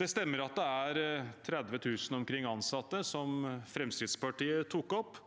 Det stemmer at det er omkring 30 000 ansatte, som Fremskrittspartiet tok opp.